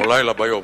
כמו לילה ביום.